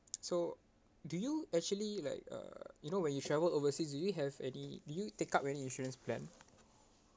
so do you actually like uh you know when you travel overseas do you have any do you take up any insurance plan